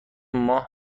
ماه